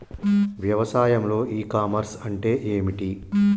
వ్యవసాయంలో e commerce అంటే ఏమిటి?